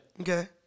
Okay